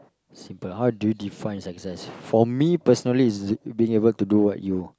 simple how do you define success for me personally it's being able to do what you